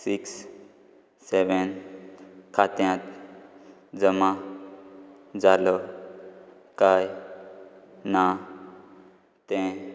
six seven खात्यांत जमा जालो काय ना तें